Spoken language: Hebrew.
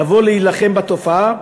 לבוא להילחם בתופעה,